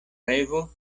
revo